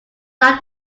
like